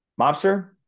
mobster